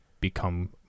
Become